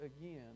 again